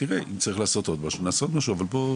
ואם צריך לעשות משהו נוסף כמובן